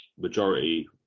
majority